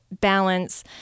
balance